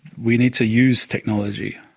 we need to use technology,